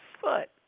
foot